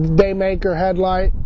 daymaker headlight,